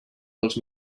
dels